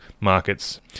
markets